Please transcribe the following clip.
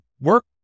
work